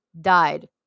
died